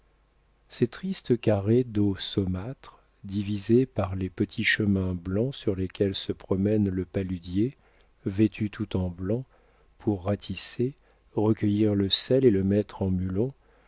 ces tristes carrés d'eau saumâtre divisés par les petits chemins blancs sur lesquels se promène le paludier vêtu tout en blanc pour ratisser recueillir le sel et le mettre en mulons